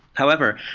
however,